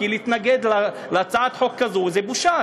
כי להתנגד להצעת חוק כזו זה בושה,